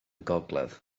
gogledd